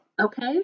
Okay